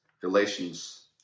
Galatians